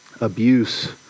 abuse